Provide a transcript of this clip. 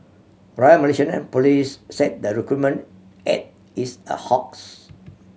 Royal Malaysian Police said the recruitment ad is a hoax